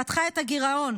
חתכה את הגירעון.